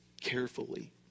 carefully